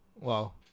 Wow